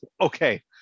Okay